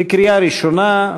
קריאה ראשונה.